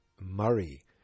Murray